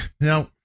Now